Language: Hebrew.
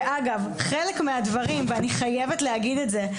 ואגב, חלק מהדברים, ואני חייבת להגיד את זה.